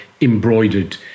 embroidered